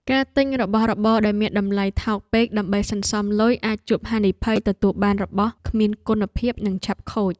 ការទិញរបស់របរដែលមានតម្លៃថោកពេកដើម្បីសន្សំលុយអាចជួបហានិភ័យទទួលបានរបស់គ្មានគុណភាពនិងឆាប់ខូច។